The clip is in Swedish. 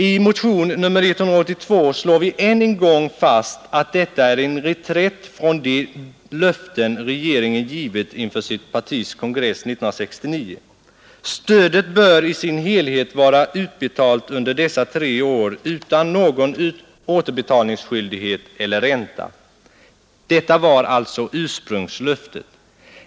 I motionen 182 slår vi än en gång fast att detta är en reträtt från de löften som regeringen givit inför sitt partis kongress 1969. Stödet bör i sin helhet vara utbetalat under dessa tre år utan någon återbetalningsskyldighet eller ränta. Detta var alltså ursprungslöftet.